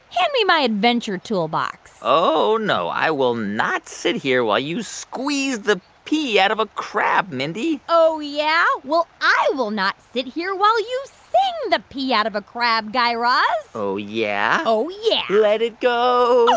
hand me my adventure toolbox oh, no. i will not sit here while you squeeze the pee out of a crab, mindy oh, yeah? well, i will not sit here while you sing the pee out of a crab, guy raz oh, yeah? oh, yeah let it go.